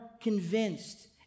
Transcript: convinced